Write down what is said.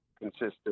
consistent